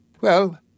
Well